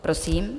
Prosím.